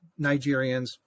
Nigerians